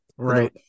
Right